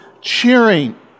cheering